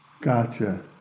Gotcha